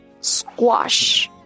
squash